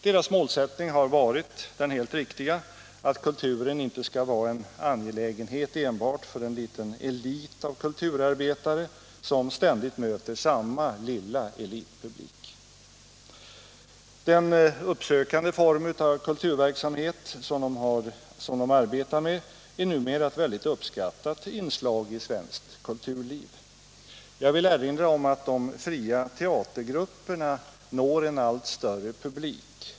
Deras målsättning har varit den helt riktiga att kulturen inte skall vara en angelägenhet enbart för en liten elit kulturarbetare som ständigt möter samma lilla elitpublik. Den uppsökande form av kulturverksamhet som de arbetar med är numera ett uppskattat inslag i svenskt kulturliv. Jag vill erinra om att de fria teatergrupperna når en allt större publik.